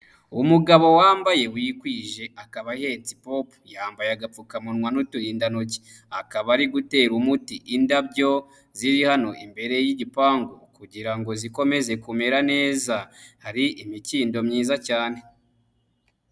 Umugabo wambaye wikwije akaba ahetse ipopu. Yambaye agapfukamunwa n'uturindantoki. Akaba ari gutera umuti indabyo, ziri hano imbere y'igipangu kugira ngo zikomeze kumera neza. Hari imikindo myiza cyane.